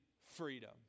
freedom